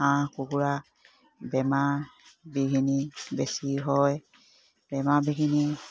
হাঁহ কুকুৰা বেমাৰ বিঘিনি বেছি হয় বেমাৰ বিঘিনি